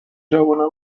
جوونا